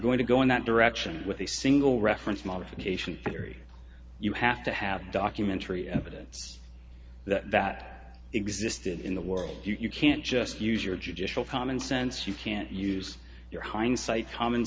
going to go in that direction with a single referee modification theory you have to have documentary evidence that that existed in the world you can't just use your judicial common sense you can't use your hindsight common